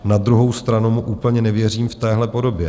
Na druhou stranu mu úplně nevěřím v téhle podobě.